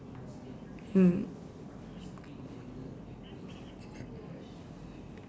mm